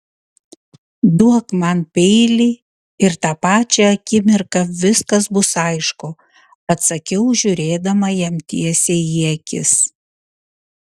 duok man peilį ir tą pačią akimirką viskas bus aišku atsakiau žiūrėdama jam tiesiai į akis